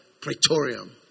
Praetorium